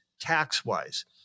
tax-wise